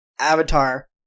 Avatar